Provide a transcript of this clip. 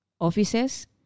offices